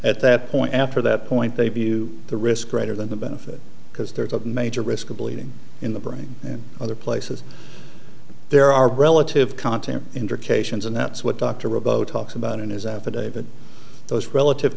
at that point after that point they view the risk greater than the benefit because there is a major risk of bleeding in the brain and other places there are relative content indications and that's what dr robo talks about in his affidavit those relative